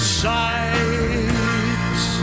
sights